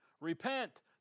Repent